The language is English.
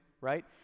right